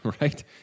Right